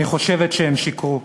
אני חושבת שהם שיקרו.